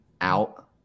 out